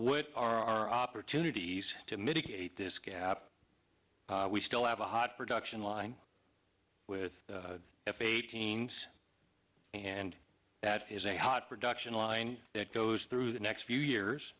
what are our opportunities to mitigate this gap we still have a hot production line with f eighteen s and that is a hot production line that goes through the next few years